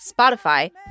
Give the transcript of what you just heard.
Spotify